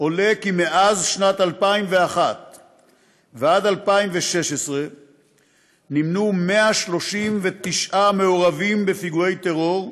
עולה כי משנת 2001 עד 2016 נמנו 139 מעורבים בפיגועי טרור,